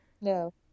No